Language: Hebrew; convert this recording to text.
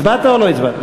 הצבעת או לא הצבעת?